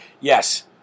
Yes